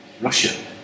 Russia